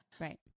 right